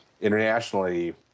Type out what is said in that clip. internationally